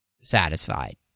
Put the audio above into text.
satisfied